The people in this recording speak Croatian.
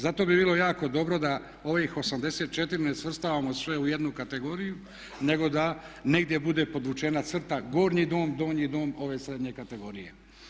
Zato bi bilo jako dobro da ovih 84 ne svrstavamo sve u jednu kategoriju nego da negdje bude podvučena crta gornji dom, donji dom ove srednje kategorije.